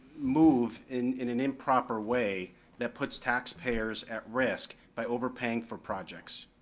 move in in an improper way that puts taxpayers at risk by overpaying for projects.